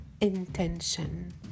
intention